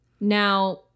Now